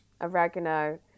oregano